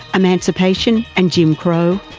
emancipation and jim crow.